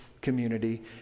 community